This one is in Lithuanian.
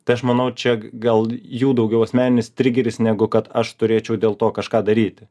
tai aš manau čia gal jų daugiau asmeninis trigeris negu kad aš turėčiau dėl to kažką daryti